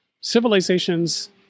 civilizations